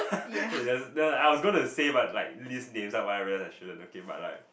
it doesn't no I was gonna say but like list names uh but I realise I shouldn't but like